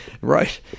right